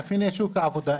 מאפייני שוק העבודה,